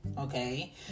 Okay